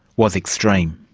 was extreme.